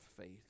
faith